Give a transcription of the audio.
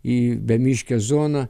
į bemiškę zoną